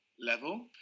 level